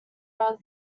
rather